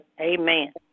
Amen